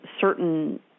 certain